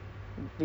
oh